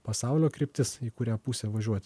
pasaulio kryptis į kurią pusę važiuoti